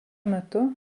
metu